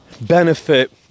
benefit